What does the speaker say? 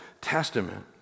Testament